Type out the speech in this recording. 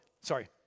sorry